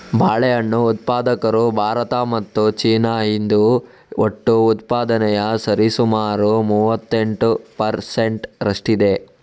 ಬಾಳೆಹಣ್ಣು ಉತ್ಪಾದಕರು ಭಾರತ ಮತ್ತು ಚೀನಾ, ಇದು ಒಟ್ಟು ಉತ್ಪಾದನೆಯ ಸರಿಸುಮಾರು ಮೂವತ್ತೆಂಟು ಪರ್ ಸೆಂಟ್ ರಷ್ಟಿದೆ